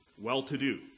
well-to-do